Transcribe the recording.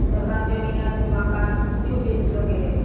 सरकार जमीन आ मकान कुछो बेच सके ले